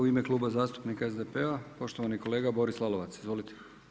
U ime Kluba zastupnika SDP-a poštovani kolega Boris Lalovac, izvolite.